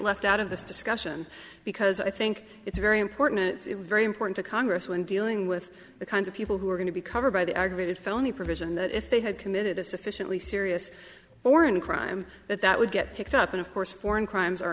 left out of this discussion because i think it's very important it's very important to congress when dealing with the kinds of people who are going to be covered by the aggravated felony provision that if they had committed a sufficiently serious or in a crime that that would get picked up and of course foreign crimes are